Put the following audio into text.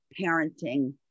parenting